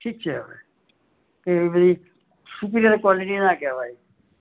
ઠીક છે હવે એવી બધી સુપીરિઅર કોલીટી ના કહેવાય